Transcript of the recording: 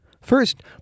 First